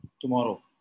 tomorrow